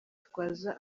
gitwaza